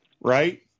Right